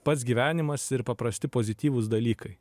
pats gyvenimas ir paprasti pozityvūs dalykai